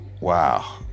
Wow